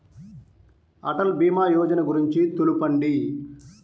అటల్ భీమా యోజన గురించి తెలుపండి?